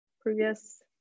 previous